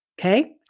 okay